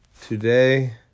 Today